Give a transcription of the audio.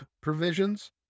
provisions